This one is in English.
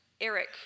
Eric